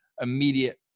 immediate